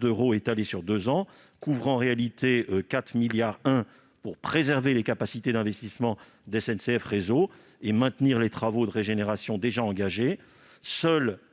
d'euros étalés sur deux ans couvre en réalité 4,1 milliards d'euros pour préserver les capacités d'investissement de SNCF Réseau et maintenir les travaux de régénération déjà engagés.